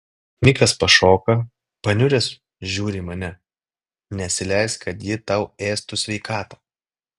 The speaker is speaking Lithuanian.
mikas pašoka paniuręs žiūri į mane nesileisk kad ji tau ėstų sveikatą